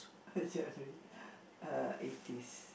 uh eighties